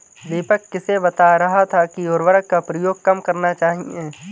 दीपक किसे बता रहा था कि उर्वरक का प्रयोग कम करना चाहिए?